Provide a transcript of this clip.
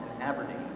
Aberdeen